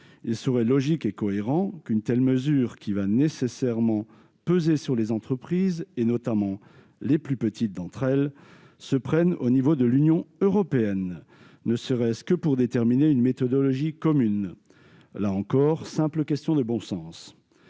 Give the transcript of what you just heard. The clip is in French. Il serait logique et cohérent qu'une telle mesure, qui va nécessairement peser sur les entreprises, notamment sur les plus petites d'entre elles, soit prise à l'échelle de l'Union européenne, ne serait-ce que pour déterminer une méthodologie commune- là encore, il s'agit d'une simple question de bon sens